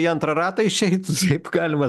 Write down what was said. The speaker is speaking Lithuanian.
į antrą ratą išeitų taip galima